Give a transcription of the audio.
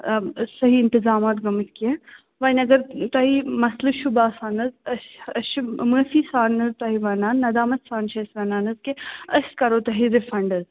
صحیح اِنتِظامات گٲمتۍ کیٚنٛہہ وۄنۍ اگر تۄہہِ یہِ مَسلہٕ چھُ باسان حظ أسۍ چھِ أسۍ چھِ معٲفی سان حظ تۄہہِ ونان نَدامَت سان چھِ أسۍ وَنان حظ کہِ أسۍ کرو تۄہہِ رِفَنٛڈ حظ